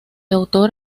autor